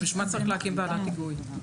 בשביל מה צריך להקים ועדת היגוי?